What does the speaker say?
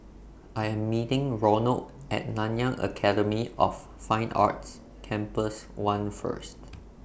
I Am meeting Ronald At Nanyang Academy of Fine Arts Campus one First